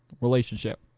relationship